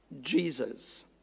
Jesus